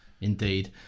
indeed